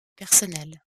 personnelles